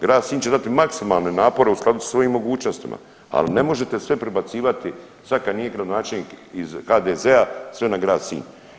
Grad Sinj će dati maksimalne napore u skladu sa svojim mogućnostima, ali ne možete sve prebacivati, sad kad nije gradonačelnik iz HDZ-a sve na grad Sinj.